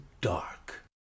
dark